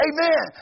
Amen